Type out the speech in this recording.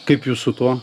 kaip jūs su tuo